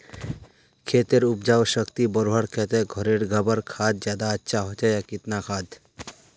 खेतेर उपजाऊ शक्ति बढ़वार केते घोरेर गबर खाद ज्यादा अच्छा होचे या किना खाद?